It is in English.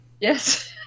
Yes